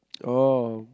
oh